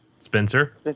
Spencer